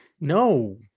No